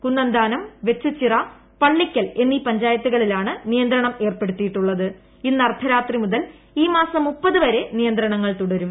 കുന്നന്താനം വെച്ചുച്ചിറ പള്ളിക്കൽ എന്നീ പഞ്ചായത്തുകളിലാണ് നിയന്ത്രണം ഏർപ്പെടുത്തിയിട്ടുള്ളത് ഇന്ന് അർദ്ധരാത്രിമുതൽ ഈ മാസം ദാ വരെ നിയന്ത്രണങ്ങൾ തുടരും